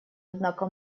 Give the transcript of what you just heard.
однако